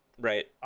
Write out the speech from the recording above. right